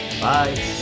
Bye